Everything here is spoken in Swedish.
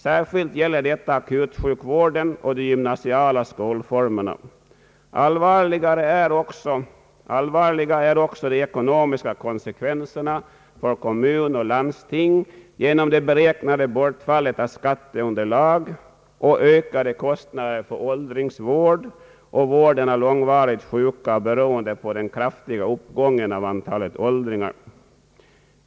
Särskilt gäller detta akutsjukvården och de gymnasiala skolformerna. Allvarliga är också de ekonomiska konsekvenserna för kommuner och landsting genom det beräknade bortfallet av skatteunderlag och de ökade kostnaderna för åldringsvården och vården av långvarigt sjuka, beroende på den kraftiga uppgången av antalet åldringar.